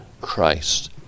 Christ